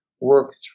work